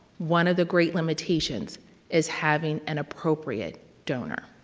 one of the great limitations is having an appropriate donor.